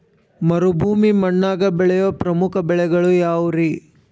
ಮರುಭೂಮಿ ಮಣ್ಣಾಗ ಬೆಳೆಯೋ ಪ್ರಮುಖ ಬೆಳೆಗಳು ಯಾವ್ರೇ?